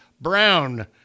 brown